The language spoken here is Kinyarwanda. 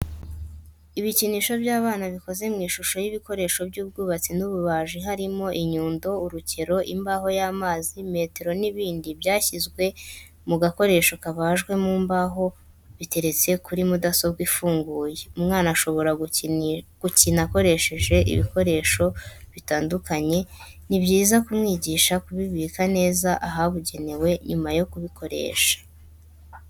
Ibikinisho by'abana bikoze mw'ishusho y'ibikoresho by'ubwubatsi n'ububaji harimo inyundo, urukero, imbaho y'amazi, metero n'ibindi byashyizwe mu gakoresho kabajwe mu mbaho biteretse kuri mudasobwa ifunguye. umwana ashobora gukina akoresheje ibikinisho bitandukanye ni byiza kumwigisha kubibika neza ahabugenewe nyuma yo kubikoresha.